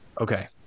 Okay